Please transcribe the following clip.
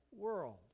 world